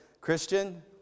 Christian